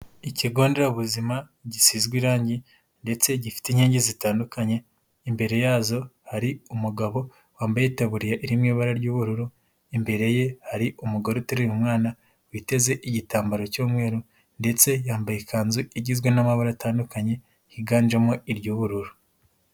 Ikigo nderabuzima gisizwe irangi ndetse gifite inkingi zitandukanye, imbere yazo hari umugabo wambaye iteburiya iri mu ibara ry'ubururu, imbere ye hari umugore utereruye umwana, witeze igitambaro cy'umweru ndetse yambaye ikanzu igizwe n'amabara atandukanye higanjemo iry'ubururu.